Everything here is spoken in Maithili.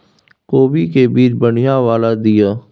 कोबी के बीज बढ़ीया वाला दिय?